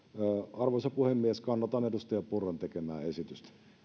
arvoisa puhemies kannatan edustaja purran tekemää esitystä